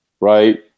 Right